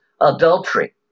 Adultery